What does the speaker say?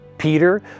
Peter